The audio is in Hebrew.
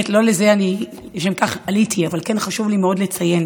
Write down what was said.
לא לשם כך עליתי, אבל כן חשוב לי מאוד לציין